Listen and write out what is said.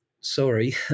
sorry